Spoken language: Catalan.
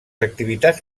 activitats